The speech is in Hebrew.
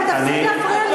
ותפסיק להפריע לי כבר.